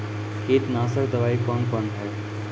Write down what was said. कीटनासक दवाई कौन कौन हैं?